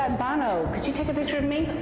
um bono, could you take a picture of me?